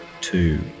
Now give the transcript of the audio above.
two